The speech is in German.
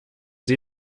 sie